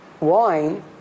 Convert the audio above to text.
wine